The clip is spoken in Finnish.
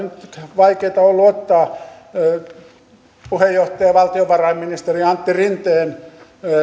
nyt vaikeata ollut puheenjohtaja valtiovarainministeri antti rinteen